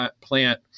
plant